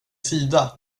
sida